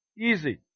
easy